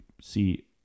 see